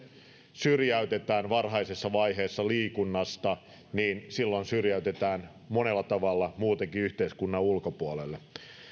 syrjäytetään varhaisessa vaiheessa liikunnasta niin silloin syrjäytetään monella tavalla muutenkin yhteiskunnan ulkopuolelle